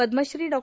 Padmashri Dr